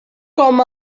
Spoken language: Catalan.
com